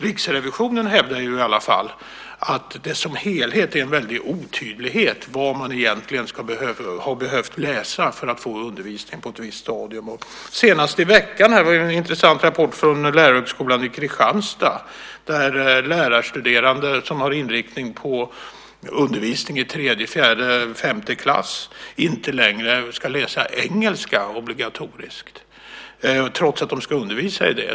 Riksrevisionen hävdar i alla fall att det som helhet är mycket otydligt vad man egentligen ska behöva läsa för att få undervisa på ett visst stadium. Senast i veckan kom det en intressant rapport från lärarhögskolan i Kristianstad, där det inte längre ska vara obligatoriskt för lärarstuderande som har inriktning på undervisning i tredje, fjärde och femte klass att läsa engelska, trots att de ska undervisa i det.